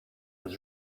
was